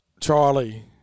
Charlie